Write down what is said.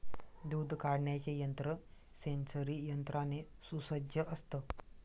दूध काढण्याचे यंत्र सेंसरी यंत्राने सुसज्ज असतं